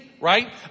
right